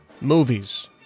movies